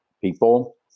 people